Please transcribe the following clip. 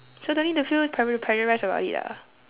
so don't need to feel para~ paralysed about it ah